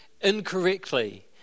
incorrectly